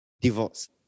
divorce